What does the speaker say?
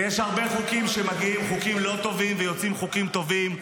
ויש הרבה חוקים שמגיעים חוקים לא טובים ויוצאים חוקים טובים.